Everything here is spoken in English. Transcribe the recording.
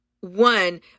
one